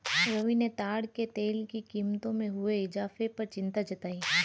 रवि ने ताड़ के तेल की कीमतों में हुए इजाफे पर चिंता जताई